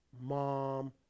mom